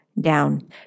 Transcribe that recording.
down